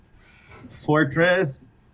fortress